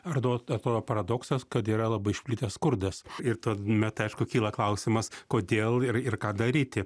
ardo atrodo paradoksas kad yra labai išplitęs skurdas ir tuomet aišku kyla klausimas kodėl ir ir ką daryti